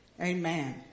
Amen